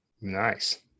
Nice